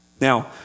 Now